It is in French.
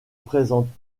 présentent